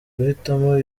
guhitamo